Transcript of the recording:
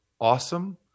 awesome